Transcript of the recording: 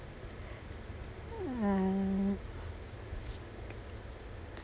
ah